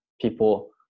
people